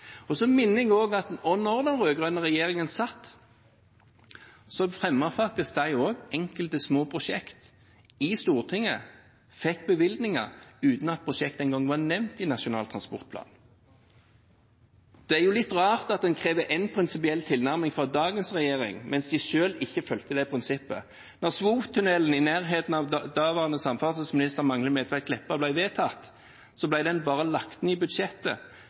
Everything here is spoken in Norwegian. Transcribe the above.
Så minner jeg om at da den rød-grønne regjeringen satt, fremmet faktisk også de enkelte små prosjekter i Stortinget og fikk bevilgninger, uten at prosjektet engang var nevnt i Nasjonal transportplan. Det er jo litt rart at de krever én prinsipiell tilnærming fra dagens regjering, mens de selv ikke fulgte det prinsippet. Da Svotunnelen, nær hjemstedet til daværende samferdselsminister Magnhild Meltveit Kleppa, ble vedtatt, ble den bare lagt inn i budsjettet